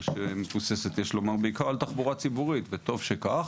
יש לומר שהיא מבוססת בעיקר על תחבורה ציבורית וטוב שכך,